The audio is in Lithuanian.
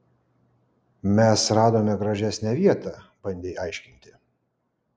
mes radome gražesnę vietą bandei aiškinti